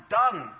done